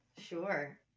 Sure